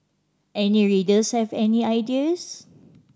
any readers have any ideas